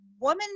woman